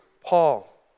Paul